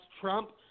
Trump